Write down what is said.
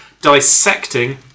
dissecting